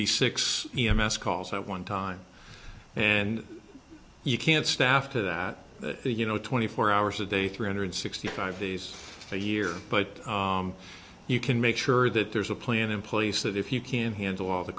be six e m s calls at one time and you can't staff to that you know twenty four hours a day three hundred sixty five days a year but you can make sure that there's a plan in place that if you can handle all the